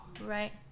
Right